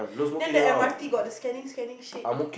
then the M_R_T got the scanning scanning shit